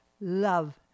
love